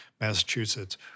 Massachusetts